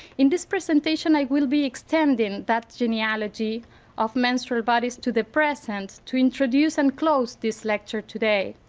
in this presentation i will be extending that genealogy of menstrual bodies to the present to introduce and close this lecture today.